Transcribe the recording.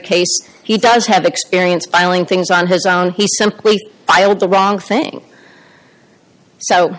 case he does have experience filing things on his own he simply by all the wrong thing so